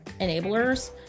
enablers